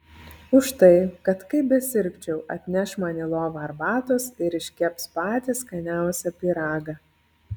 už tai kad kaip besirgčiau atneš man į lovą arbatos ir iškeps patį skaniausią pyragą